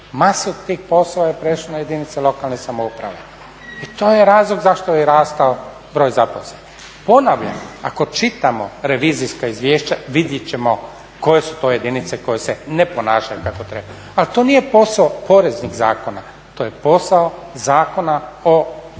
masu tih poslova je prešlo na jedinice lokalne samouprave. I to je razlog zašto je i rastao broj zaposlenih. Ponavljam, ako čitamo revizijska izvješća vidjet ćemo koje su to jedinice koje se ne ponašaju kako treba. Al to nije posao poreznih zakona, to je posao Zakona o lokalnoj